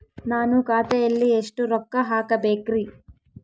ನಾನು ಖಾತೆಯಲ್ಲಿ ಎಷ್ಟು ರೊಕ್ಕ ಹಾಕಬೇಕ್ರಿ?